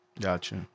Gotcha